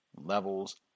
levels